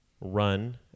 run